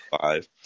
five